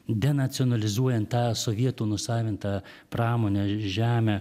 denacionalizuojant tą sovietų nusavintą pramonę žemę